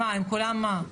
הם כולם, מה?